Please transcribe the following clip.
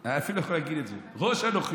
אני אפילו לא יכול להגיד את זה, ראש הנוכלים.